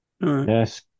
Yes